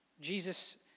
Jesus